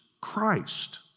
Christ